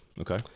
Okay